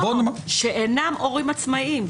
בוא נאמר --- לא, שאינם הורים עצמאיים.